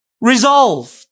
resolved